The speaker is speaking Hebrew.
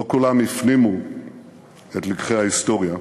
לא כולם הפנימו את לקחי ההיסטוריה.